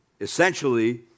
Essentially